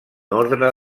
orde